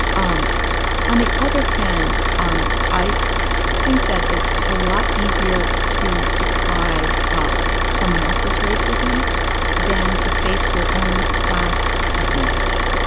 um on the other hand, um i think that it's a lot easier to decry ah someone else's racism than to face your own class advantage.